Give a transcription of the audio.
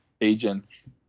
agents